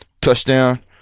Touchdown